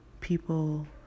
people